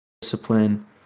discipline